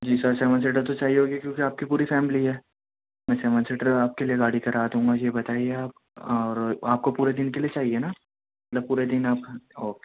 جی sir seven seater تو چاہئیے ہو گی کیونکہ آپ کی پوری فیملی ہے میں سیون سیٹر آپ کے لئے گاڑی کرا دوں گا یہ بتائیے آپ اور آپ کو پورے دن کے لئے چاہئے نا مطلب پورے دن آپ اوکے